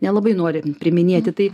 nelabai nori priiminėti tai